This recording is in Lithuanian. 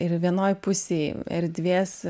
ir vienoj pusėj erdvės